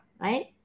right